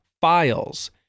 files